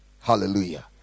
Hallelujah